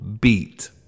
beat